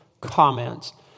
comments